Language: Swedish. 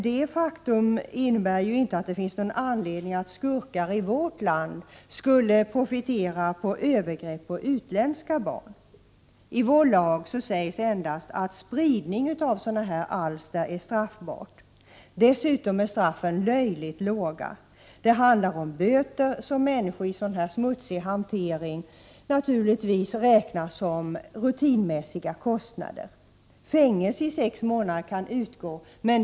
Detta faktum innebär emellertid inte att det finns någon anledning att skurkar i vårt land skall få profitera på övergrepp på utländska barn. I vår lag sägs endast att spridning av sådana här alster är straffbar. Straffen är dessutom löjligt låga. Det handlar om böter som människor i sådan här smutsig hantering naturligtvis räknar som rutinmässiga kostnader. Fängelse i sex månader kan också utdömas.